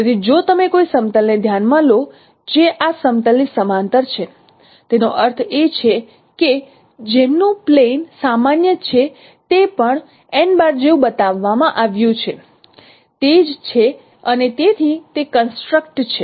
તેથી જો તમે કોઈ સમતલ ને ધ્યાનમાં લો જે આ સમતલ ની સમાંતર છે તેનો અર્થ એ કે જેમનું પ્લેન સામાન્ય છે તે પણ જેવું બતાવવામાં આવ્યું છે તે જ છે અને તેથી તે કન્સ્ટ્રકટ છે